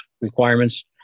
requirements